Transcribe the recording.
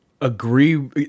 agree